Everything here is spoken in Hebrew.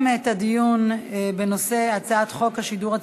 את הדיון בנושא הצעת חוק השידור הציבורי,